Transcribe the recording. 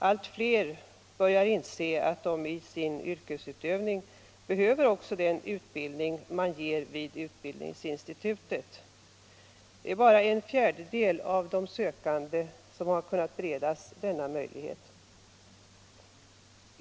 Allt fler börjar inse att de i sin yrkesutövning behöver också den utbildning man ger vid utbildningsinstitutet. Endast en fjärdedel av de sökande har kunnat beredas denna möjlighet.